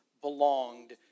belonged